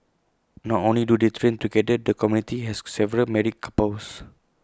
not only do they train together the community has several married couples